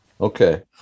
Okay